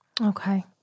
Okay